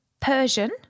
Persian